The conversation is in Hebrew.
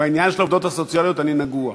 בעניין של העובדות הסוציאליות אני נגוע.